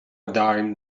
dime